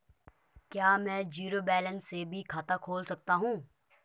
क्या में zero balance से भी खाता खोल सकता हूँ?